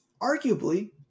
arguably